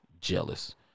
jealous